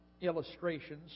illustrations